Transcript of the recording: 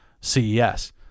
CES